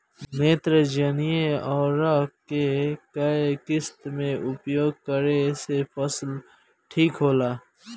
नेत्रजनीय उर्वरक के केय किस्त मे उपयोग करे से फसल ठीक होला?